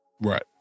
Right